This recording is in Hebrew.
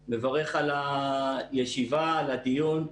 אני מברך על הישיבה, על הדיון.